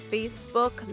Facebook